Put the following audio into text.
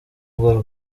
rugo